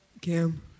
Cam